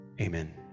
Amen